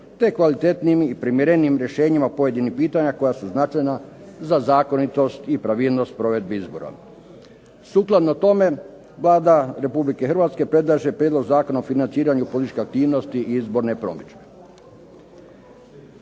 te kvalitetnijim i primjerenijim rješenjima pojedinih pitanja koja su značajna za zakonitost i pravilnost provedbi izbora. Sukladno tome Vlada Republike Hrvatske predlaže Prijedlog Zakona o financiranju političkih aktivnosti i izborne promidžbe.